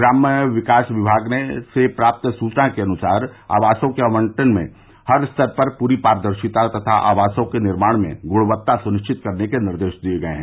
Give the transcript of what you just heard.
ग्राम्य विकास विभाग से प्राप्त सूचना के अनुसार आवासों के आवंटन में हर स्तर पर पूरी पारदर्शिता तथा आवासों के निर्माण में गुणवत्ता सुनिश्चित करने के निर्देश दिये गये हैं